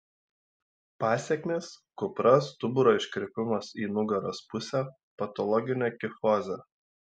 pasekmės kupra stuburo iškrypimas į nugaros pusę patologinė kifozė